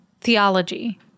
theology